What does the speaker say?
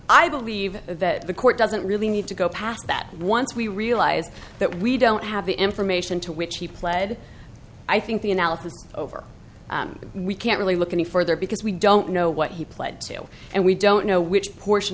i believe that the court doesn't really need to go past that once we realize that we don't have the information to which he pled i think the analysis is over we can't really look any further because we don't know what he pled to and we don't know which portion